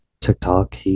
Tiktok